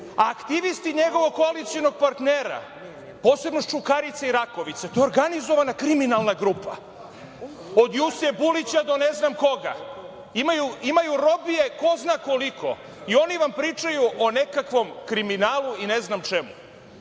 aktivisti njegovog koalicionog partnera, posebno sa Čukarice i Rakovice, organizovana kriminalna grupa, od Juse Bulića do ne znam koga, imaju robije ko zna koliko, i oni vam pričaju o nekakvom kriminalu i ne znam čemu. Oni